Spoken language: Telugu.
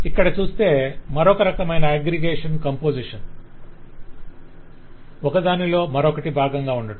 ఇక్కడ చూస్తే మరొక రకమైన అగ్రిగేషన్ కంపోజిషన్ ఒకదానిలో మరొకటి భాగం గా ఉండటం